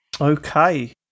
Okay